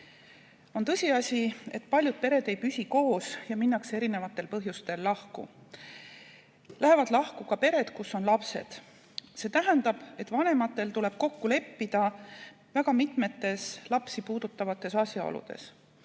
tõsiasi, et paljud pered ei püsi koos ja erinevatel põhjustel minnakse lahku. Lähevad lahku ka pered, kus on lapsed. See tähendab, et vanematel tuleb kokku leppida mitmetes lapsi puudutavates asjaoludes: